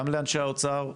גם לאנשי האוצר,